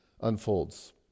unfolds